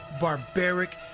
barbaric